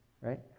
right